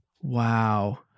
Wow